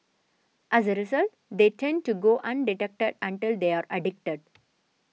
as a result they tend to go undetected until they are addicted